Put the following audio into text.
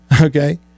Okay